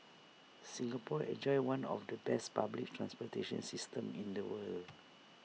Singapore enjoys one of the best public transportation systems in the world